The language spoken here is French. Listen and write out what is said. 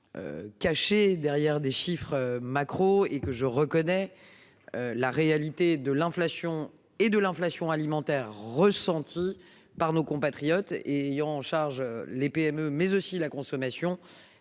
Caché derrière des chiffres. Macro et que je reconnais. La réalité de l'inflation et de l'inflation alimentaire ressenti par nos compatriotes et ayant en charge les PME mais aussi la consommation.